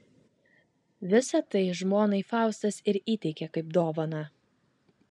visa tai žmonai faustas ir įteikė kaip dovaną